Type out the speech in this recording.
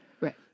Right